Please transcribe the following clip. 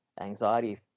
anxiety